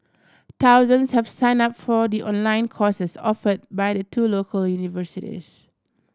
thousands have signed up for the online courses offer by the two local universities